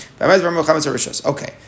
Okay